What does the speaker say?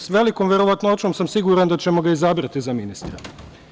Sa velikom verovatnoćom sam siguran da ćemo ga izabrati za ministra.